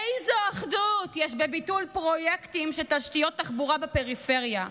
איזו אחדות יש בביטול פרויקטים של תשתיות תחבורה בפריפריה?